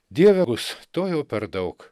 dieve mūs tojau per daug